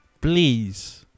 please